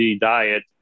diet